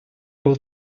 был